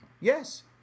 Yes